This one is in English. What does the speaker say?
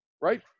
right